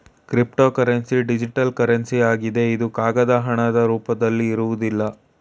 cryptocurrency digital currency ಆಗಿದೆ ಇದು ಕಾಗದ ಹಣದ ರೂಪದಲ್ಲಿ ಇರುವುದಿಲ್ಲ